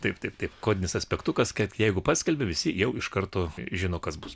taip taip taip kodinis aspektu kas kad jeigu paskelbė visi jau iš karto žino kas bus